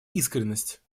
искренность